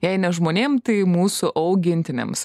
jei ne žmonėm tai mūsų augintiniams